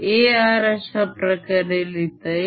A r अश्याप्रकारे लिहिता येईल